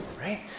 right